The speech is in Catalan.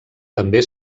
també